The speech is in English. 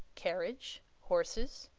carriage, horses,